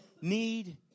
need